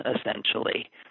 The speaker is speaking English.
essentially